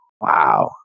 Wow